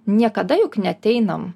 niekada juk neateinam